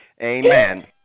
Amen